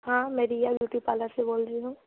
हाँ मैं Riya beauty parlour से बोल रही हूँ